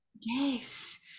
yes